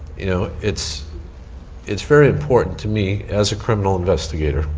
you know, it's it's very important to me, as a criminal investigator,